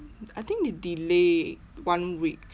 I think they delay one week